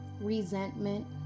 resentment